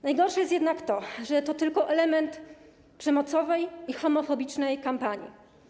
Najgorsze jest jednak to, że to tylko element przemocowej i homofobicznej kampanii.